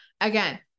again